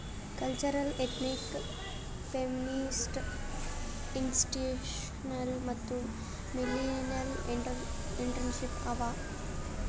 cultural, ethnic, feminist, institutional ಮತ್ತ millennial entrepreneurship ಅವಾ